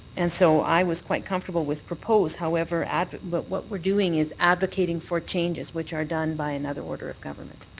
and so i was quite comfortable with propose. however, but what we're doing is advocating for changes which are done by another order of government.